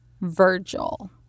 Virgil